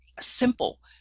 simple